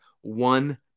one